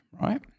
right